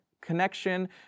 connection